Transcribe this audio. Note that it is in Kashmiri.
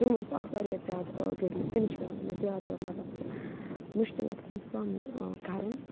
تِمو منٛز چھِ آسان اکھ واریاہ زیادٕ غریٖب تٔمِس چھُ پٮ۪وان زیادٕ مطلب کہِ مُشکِلاتَن ہُنٛد سامنہٕ کَرُن